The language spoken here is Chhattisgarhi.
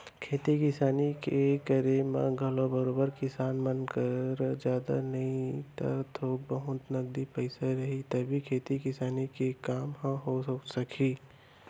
खेती किसानी के करे म घलौ बरोबर किसान मन करा जादा नई त थोर बहुत नगदी पइसा रही तभे खेती किसानी के काम ह हो सकही